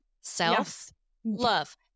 Self-love